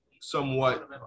somewhat